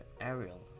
Ariel